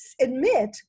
admit